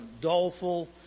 doleful